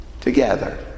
together